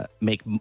make